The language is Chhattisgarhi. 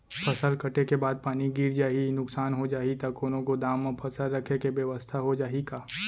फसल कटे के बाद पानी गिर जाही, नुकसान हो जाही त कोनो गोदाम म फसल रखे के बेवस्था हो जाही का?